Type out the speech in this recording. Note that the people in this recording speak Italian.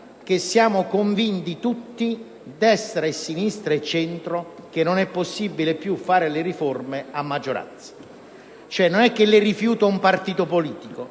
siamo convinti tutti - destra, sinistra, centro - che non è più possibile fare le riforme a maggioranza. Non è che le rifiuta un partito politico: